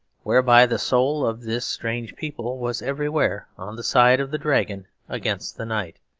whereby the soul of this strange people was everywhere on the side of the dragon against the knight,